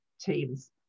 teams